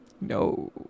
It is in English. No